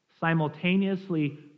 simultaneously